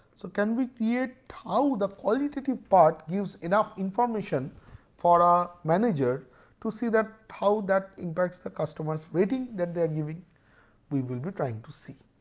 so can we create how the qualitative part gives enough information for a manager to see that how that impacts the customer ratings that they are giving we will be trying to see.